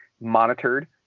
monitored